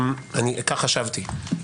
כך אני חשבתי.